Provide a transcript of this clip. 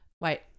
wait